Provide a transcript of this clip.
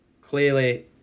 clearly